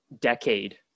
decade